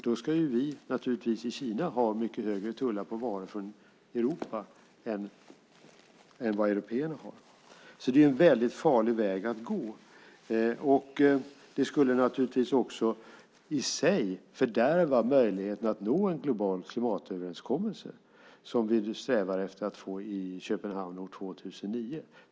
Då ska de i Kina naturligtvis ha mycket högre tullar på varor från Europa än vad européerna har. Det är en väldigt farlig väg att gå. Det skulle naturligtvis också i sig fördärva möjligheten att nå en global klimatöverenskommelse, vilket vi strävar efter att få i Köpenhamn år 2009.